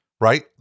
right